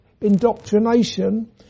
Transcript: indoctrination